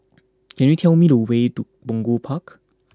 can you tell me the way to Punggol Park